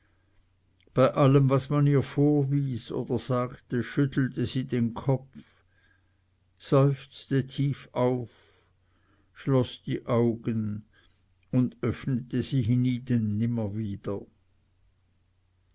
bei allem was man ihr vorwies oder sagte schüttelte sie den kopf seufzte tief auf schloß die augen und öffnete sie hienieden nimmer wieder